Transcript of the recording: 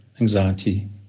anxiety